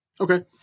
Okay